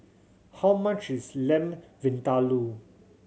how much is Lamb Vindaloo